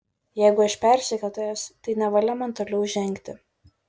jeigu aš persekiotojas tai nevalia man toliau žengti